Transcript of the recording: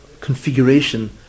configuration